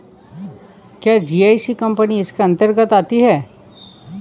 क्या GIC company इसके अन्तर्गत आती है?